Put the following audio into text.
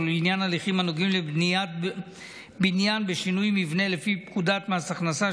ולעניין הליכים הנוגעים לבניית בניין בשינוי מבנה לפי פקודת מס הכנסה,